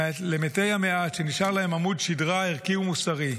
למתי המעט שנשאר להם עמוד שדרה ערכי ומוסרי,